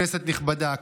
כנסת נכבדה,